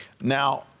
Now